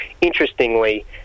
Interestingly